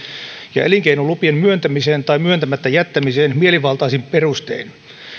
ja elinkeinolupien myöntämiseen tai myöntämättä jättämiseen mielivaltaisin perustein